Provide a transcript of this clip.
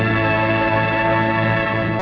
and